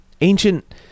ancient